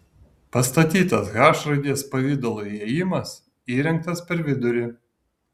pastatytas h raidės pavidalo įėjimas įrengtas per vidurį